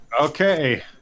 okay